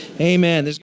Amen